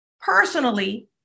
personally